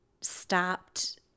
stopped